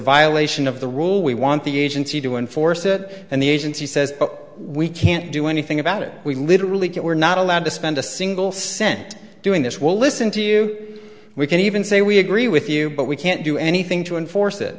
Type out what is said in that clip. violation of the rule we want the agency to enforce it and the agency says we can't do anything about it we literally get we're not allowed to spend a single cent doing this we'll listen to you we can even say we agree with you but we can't do anything to enforce it